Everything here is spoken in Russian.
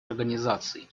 организаций